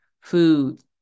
food